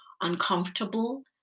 uncomfortable